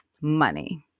money